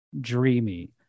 dreamy